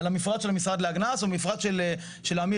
למפרט של המשרד להגנ"ס או מפרט של אמיר,